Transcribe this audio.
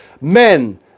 Men